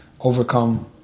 overcome